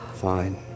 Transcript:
Fine